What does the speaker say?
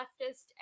leftist